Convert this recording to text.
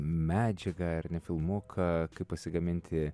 medžiagą ar ne filmuką kaip pasigaminti